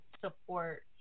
support